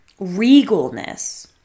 regalness